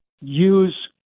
use